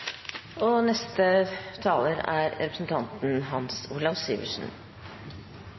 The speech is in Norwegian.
funnet. Neste taler er representanten